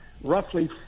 roughly